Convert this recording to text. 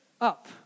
up